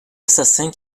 assassins